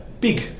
big